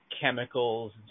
chemicals